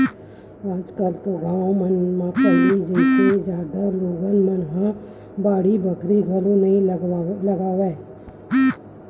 आज कल तो गाँव मन म पहिली जइसे जादा लोगन मन ह बाड़ी बखरी घलोक नइ लगावय